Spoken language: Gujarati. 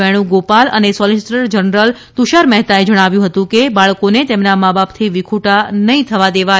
વેણુગોપાલ અને સોલીસીટર જનરલ તુષાર મહેતાએ જણાવ્યું હતું કે બાળકોને તેમનાં મા બાપથી વિખૂટાં નહીં થવા દેવાય